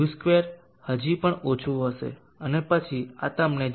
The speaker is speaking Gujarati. μ2 હજી પણ ઓછું હશે અને પછી આ તમને 0